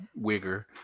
wigger